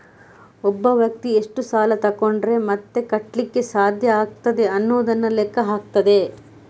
ಒಬ್ಬ ವ್ಯಕ್ತಿ ಎಷ್ಟು ಸಾಲ ತಗೊಂಡ್ರೆ ಮತ್ತೆ ಕಟ್ಲಿಕ್ಕೆ ಸಾಧ್ಯ ಆಗ್ತದೆ ಅನ್ನುದನ್ನ ಲೆಕ್ಕ ಹಾಕ್ತದೆ